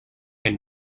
and